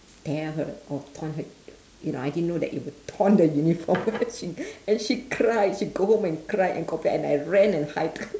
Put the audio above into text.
tear her or torn her you know I didn't know that it will torn the uniform she and she cried she go home and cried and complain and I ran and hide